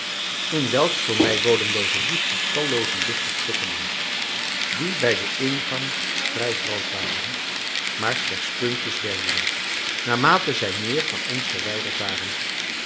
in welks voor mij bodemlooze diepte tallooze lichtjes flikkerden die bij den ingang vrij groot waren maar slechts puntjes werden naarmate zij meer van ons verwijderd waren